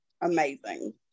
amazing